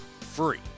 free